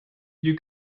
you